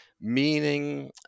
meaning